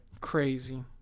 Crazy